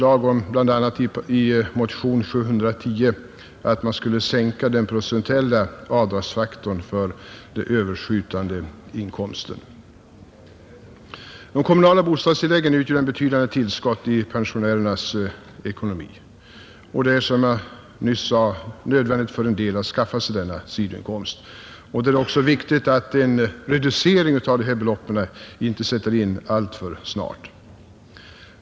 a. i motionen 710 föreslås att man skall sänka den procentuella avdragsfaktorn för den överskjutande inkomsten, De kommunala bostadstilläggen utgör ett betydande tillskott i pensionärernas ekonomi. Som jag nyss framhållit är det också nödvändigt för en del pensionärer att skaffa sig en sidoinkomst. Det är då viktigt att en reducering av beloppen inte sätter in alltför snart.